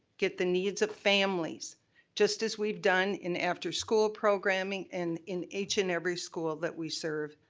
get the needs of families just as we've done in afterschool programming in in each and every school that we serve.